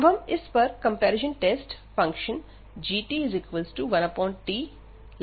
अब हम इस पर कंपैरिजन टेस्ट फंक्शन g 1tके लिए लगाते हैं